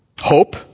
Hope